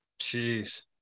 Jeez